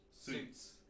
Suits